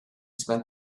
spent